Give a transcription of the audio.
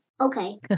Okay